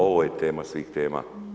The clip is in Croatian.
Ovo je tema svih tema.